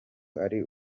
ari